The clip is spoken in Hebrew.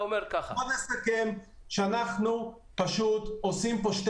בוא נסכם שאנחנו פשוט עושים כאן שתי